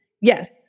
Yes